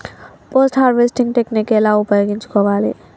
Post harvesting technique ఎలా ఉపయోగించుకోవాలి?